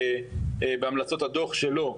בהמלצות הדוח שלו,